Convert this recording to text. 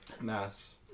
Mass